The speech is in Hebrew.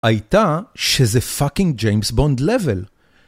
הייתה שזה פאקינג ג'יימס בונד לבל.